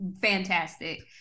fantastic